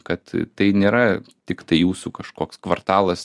kad tai nėra tiktai jūsų kažkoks kvartalas